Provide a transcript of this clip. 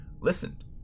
listened